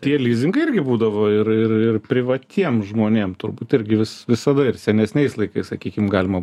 tie lizingai irgi būdavo ir ir ir privatiem žmonėm turbūt irgi vis visada ir senesniais laikais sakykim galima